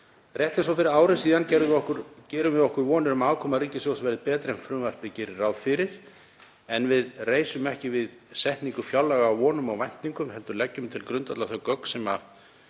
Rétt eins og fyrir ári síðan gerum við okkur vonir um að afkoma ríkissjóðs verði betri en frumvarpið gerir ráð fyrir en við reisum ekki setningu fjárlaga á vonum og væntingum heldur leggjum til grundvallar þau gögn sem við